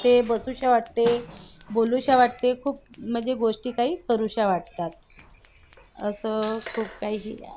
ते बसूशा वाटते बोलुशा वाटते खूप म्हणजे गोष्टी काही करूशा वाटतात असं खूप काही